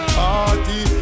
party